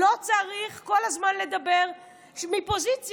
לא צריך כל הזמן לדבר מפוזיציה,